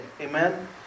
Amen